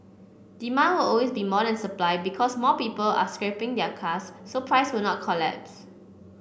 demand will always be more than supply because more people are scrapping their cars so price will not collapse